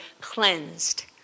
cleansed